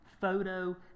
photo